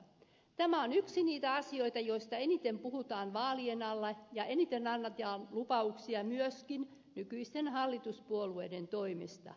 tämä on yksi niitä asioita joista eniten puhutaan vaalien alla ja eniten annetaan lupauksia myöskin nykyisten hallituspuolueiden toimesta